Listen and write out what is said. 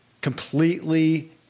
completely